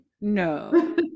no